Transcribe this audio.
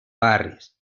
barris